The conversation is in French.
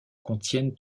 contiennent